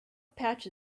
patch